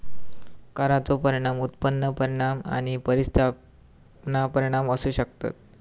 करांचो परिणाम उत्पन्न परिणाम आणि प्रतिस्थापन परिणाम असू शकतत